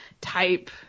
type